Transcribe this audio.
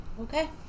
Okay